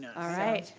alright.